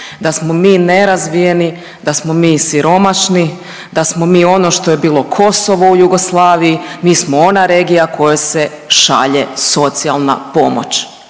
da smo mi nerazvijeni, da smo mi siromašni, da smo mi ono što je bilo Kosovo u Jugoslaviji, mi smo ona regija kojoj se šalje socijalna pomoć.